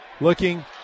Looking